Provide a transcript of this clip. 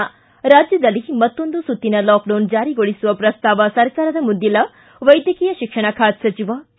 ು ರಾಜ್ಯದಲ್ಲಿ ಮತ್ತೊಂದು ಸುತ್ತಿನ ಲಾಕ್ಡೌನ್ ಜಾರಿಗೊಳಿಸುವ ಪ್ರಸ್ತಾವ ಸರ್ಕಾರದ ಮುಂದಿಲ್ಲ ವೈದ್ಯಕೀಯ ಶಿಕ್ಷಣ ಖಾತೆ ಸಚಿವ ಕೆ